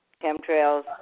chemtrails